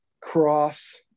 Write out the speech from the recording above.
cross